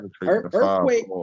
Earthquake